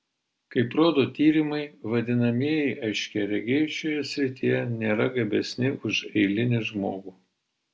kaip rodo tyrimai vadinamieji aiškiaregiai šioje srityje nėra gabesni už eilinį žmogų